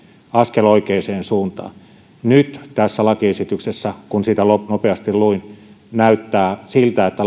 askel oikeaan suuntaan nyt tässä lakiesityksessä kun sitä nopeasti luin näyttää siltä että